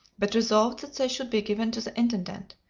but resolved that they should be given to the intendant,